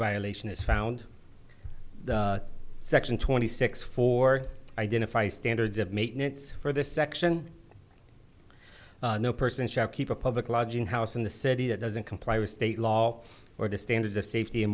violation is found section twenty six for identify standards of maintenance for this section no person shall keep a public lodging house in the city that doesn't comply with state law or the standards of safety